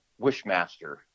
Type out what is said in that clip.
wishmaster